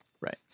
Right